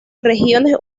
regiones